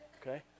okay